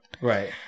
Right